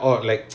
mm